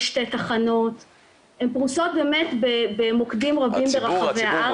התחנות פרוסות במוקדים רבים ברחבי הארץ.